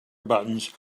buttons